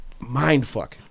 Mindfuck